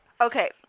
Okay